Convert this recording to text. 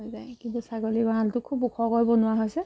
হৈ যায় কিন্তু ছাগলীৰ গঁৰালটো খুব ওখকৈ বনোৱা হৈছে